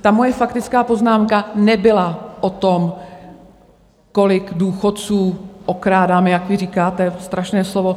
Ta moje faktická poznámka nebyla o tom, kolik důchodců okrádáme, jak vy říkáte to strašné slovo.